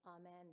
amen